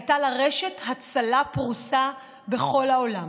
הייתה לה רשת הצלה פרוסה בכל העולם,